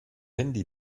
handy